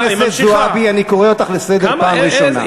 חברת הכנסת זועבי, אני קורא אותך לסדר פעם ראשונה.